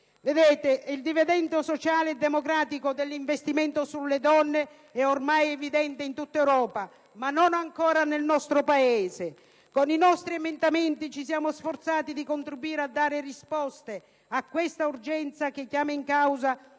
crisi». Il dividendo sociale e democratico dell'investimento sulle donne è, ormai, evidente in tutta Europa. Ma non ancora nel nostro Paese. Con i nostri emendamenti ci siamo sforzati di contribuire a dare risposte a questa urgenza che chiama in causa